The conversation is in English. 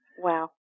Wow